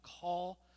call